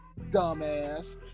dumbass